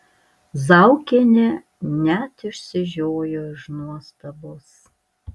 zaukienė net išsižiojo iš nuostabos